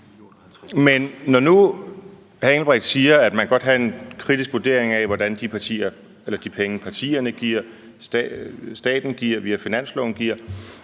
Benny Engelbrecht siger, at man godt kan have en kritisk vurdering af, hvordan de penge, partierne og staten giver via finansloven,